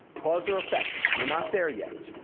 cause or effect. we're not there yet.